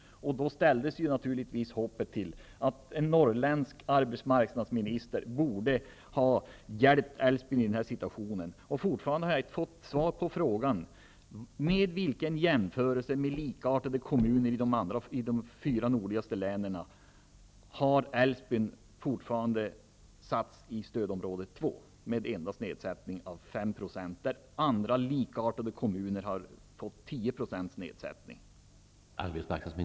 Då ställdes naturligtvis hoppet till att en norrländsk arbetsmarknadsminister skulle hjälpa Älvsbyn i denna situation. Jag har fortfarande inte fått svar på följande fråga: Vilka jämförelser har man gjort med likartade kommuner i de fyra nordligaste länen för att komma fram till att Älvsbyn fortfarande skall vara placerat i stödområde 2, vilket innebär en nedsättning av de sociala avgifterna med bara fem procentenheter, då andra kommuner har fått en nedsättning med tio procentenheter?